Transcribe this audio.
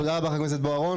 תודה רבה חבר הכנסת בוארון.